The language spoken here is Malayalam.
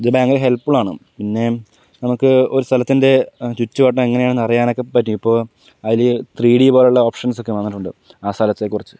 ഇത് ഭയങ്കര ഹെല്പ് ഫുൾ ആണ് പിന്നെ നമുക്ക് ഒരു സ്ഥലത്തിൻ്റെ ചുറ്റുവട്ടം എങ്ങനെയാണെന്ന് അറിയാൻ ഒക്കെ പറ്റും ഇപ്പോ അതില് ത്രീഡി പോലെയുള്ള ഓപ്ഷൻസ് ഒക്കെ വന്നിട്ടുണ്ട് ആ സ്ഥലത്തെക്കുറിച്ച്